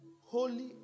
holy